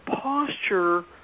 posture